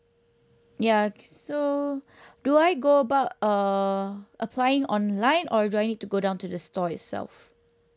ya so do I go about uh applying online or do I need to go down to the store itself